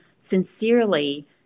sincerely